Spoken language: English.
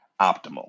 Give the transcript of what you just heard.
optimal